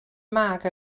mag